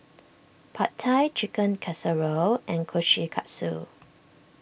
Pad Thai Chicken Casserole and Kushikatsu